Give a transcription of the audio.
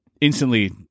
Instantly